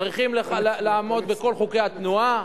צריכים לעמוד בכל חוקי התנועה,